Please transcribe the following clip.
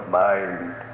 mind